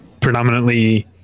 predominantly